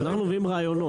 אנחנו מביאים רעיונות.